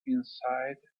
inside